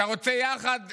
אתה רוצה יחד?